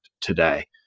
today